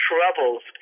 Troubles